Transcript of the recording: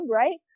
right